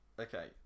okay